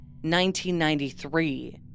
1993